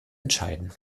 entscheiden